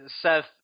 Seth